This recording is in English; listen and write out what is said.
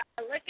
Look